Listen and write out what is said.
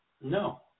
No